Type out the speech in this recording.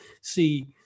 see